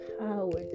power